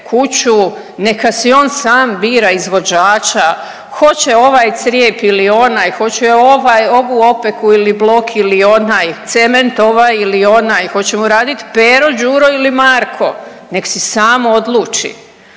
kuću, neka si on sam bira izvođača, hoće ovaj crijep ili onaj, hoće ovaj ovu opeku ili blok ili onaj, cement ovaj ili onaj, hoće mu radit Pero, Đuro ili Marko, nek si sam odluči.